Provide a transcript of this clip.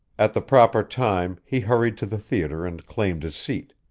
at the proper time, he hurried to the theater and claimed his seat.